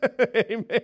Amen